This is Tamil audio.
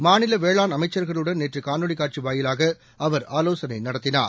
மாநில வேளாண் அமைச்சர்களுடன் நேற்று காணொலிக் காட்சி வாயிலாக அவர் ஆலோசனை நடத்தினார்